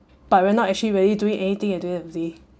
but we're not actually really doing anything at the end of the day